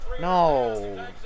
No